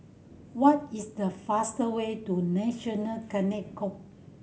what is the fastest way to National Cadet Corp